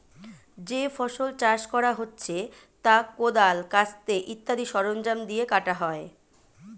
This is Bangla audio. যে ফসল চাষ করা হচ্ছে তা কোদাল, কাস্তে ইত্যাদি সরঞ্জাম দিয়ে কাটা হয়